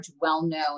well-known